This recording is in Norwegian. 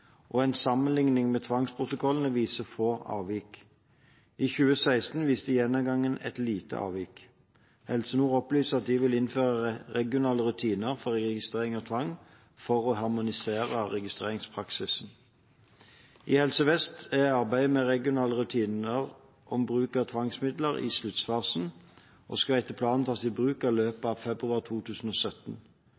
og en sammenligning med tvangsprotokollene viser få avvik. I 2016 viste gjennomgangen et lite avvik. Helse Nord opplyser at de vil innføre regionale rutiner for registrering av tvang, for å harmonisere registreringspraksisen. I Helse Vest er arbeidet med regionale rutiner om bruk av tvangsmidler i sluttfasen og skal etter planen tas i bruk i løpet